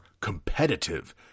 competitive